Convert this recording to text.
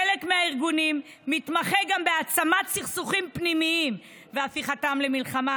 חלק מהארגונים מתמחה גם בהעצמת סכסוכים פנימיים והפיכתם למלחמה,